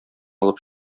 алып